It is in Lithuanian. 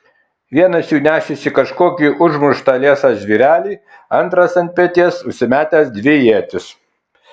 vienas jų nešėsi kažkokį užmuštą liesą žvėrelį antras ant peties užsimetęs dvi ietis